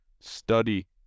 study